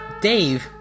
Dave